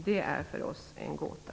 Det är för oss en gåta.